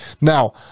Now